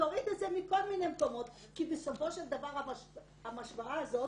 ותוריד את זה מכל מיני מקומות כי בסופו של דבר המשוואה הזאת